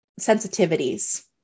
sensitivities